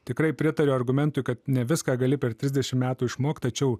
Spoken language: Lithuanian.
tikrai pritariu argumentui kad ne viską gali per trisdešim metų išmokt tačiau